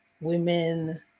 women